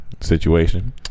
situation